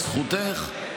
זכותך.